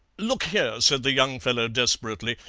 look here said the young fellow desperately,